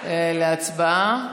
להצבעה.